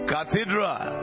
Cathedral